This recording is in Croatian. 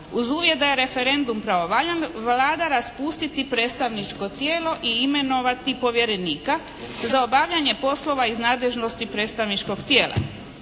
uz uvjet da je referendum pravovaljan Vlada raspustiti predstavničko tijelo i imenovati povjerenika za obavljanje poslova iz nadležnosti predstavničkog tijela.